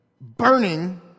burning